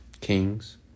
Kings